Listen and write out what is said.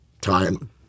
time